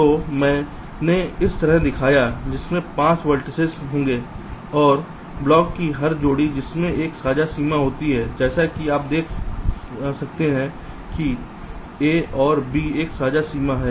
तो जो मैंने इस तरह दिखाया है इसमें 5 वेर्तिसेस होंगे और ब्लॉक की हर जोड़ी जिसमें एक साझा सीमा होती है जैसे कि आप देखते हैं कि A और B एक साझा सीमा है